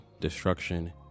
Destruction